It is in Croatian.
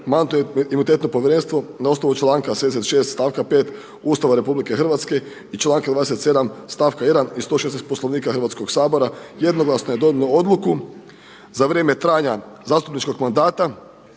Mandatno-imunitetno povjerenstvo na osnovnu članka 76. stavka 5. Ustav RH i članka 27. stavka 1. i 116. Poslovnik Hrvatskog sabora jednoglasno je donijelo odluku za vrijeme trajanja zastupničkog mandata